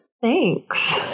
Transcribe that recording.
thanks